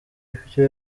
ibyo